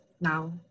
now